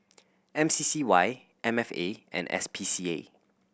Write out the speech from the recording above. M C C Y M F A and S P C A